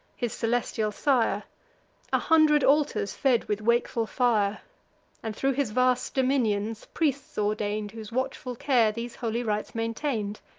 his celestial sire a hundred altars fed with wakeful fire and, thro' his vast dominions, priests ordain'd, whose watchful care these holy rites maintain'd.